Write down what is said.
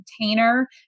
container